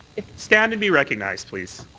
stand and be recognized, please.